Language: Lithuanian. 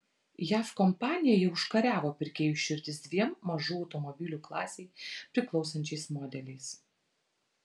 jav kompanija jau užkariavo pirkėjų širdis dviem mažų automobilių klasei priklausančiais modeliais